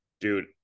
dude